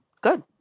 good